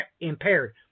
impaired